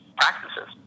practices